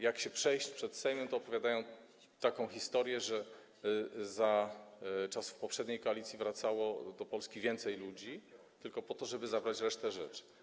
Jak się przejść przed Sejmem, to opowiadają taką historię, że za czasów poprzedniej koalicji wracało do Polski więcej ludzi, ale tylko po to, żeby zabrać resztę rzeczy.